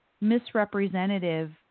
misrepresentative